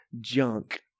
junk